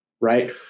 right